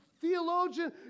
Theologian